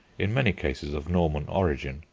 in many cases of norman origin,